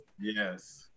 yes